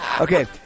Okay